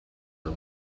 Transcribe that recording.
del